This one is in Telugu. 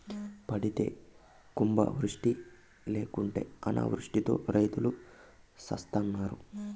పడితే కుంభవృష్టి లేకుంటే అనావృష్టితో రైతులు సత్తన్నారు